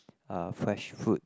uh fresh fruit